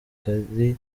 kari